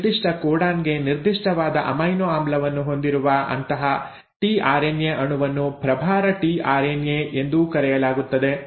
ನಿರ್ದಿಷ್ಟ ಕೋಡಾನ್ ಗೆ ನಿರ್ದಿಷ್ಟವಾದ ಅಮೈನೊ ಆಮ್ಲವನ್ನು ಹೊಂದಿರುವ ಅಂತಹ ಟಿಆರ್ಎನ್ಎ ಅಣುವನ್ನು ಪ್ರಭಾರ ಟಿಆರ್ಎನ್ಎ ಎಂದೂ ಕರೆಯಲಾಗುತ್ತದೆ